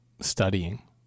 studying